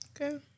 Okay